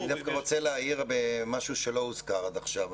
אני דווקא רוצה להעיר משהו שלא הוזכר עד עכשיו.